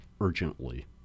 urgently